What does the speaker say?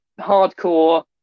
hardcore